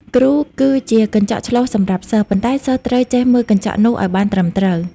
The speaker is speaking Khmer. គ្រូគឺជាកញ្ចក់ឆ្លុះសម្រាប់សិស្ស ប៉ុន្តែសិស្សត្រូវចេះមើលកញ្ចក់នោះឱ្យបានត្រឹមត្រូវ។